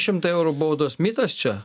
šimtą eurų baudos mitas čia